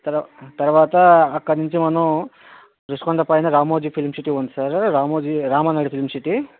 తర్వా తర్వాత అక్కడినుంచి మనం ఋషికొండ పైన రామోజీ ఫిలిం సిటీ ఉంది sir Ramoji Ramanaidu film city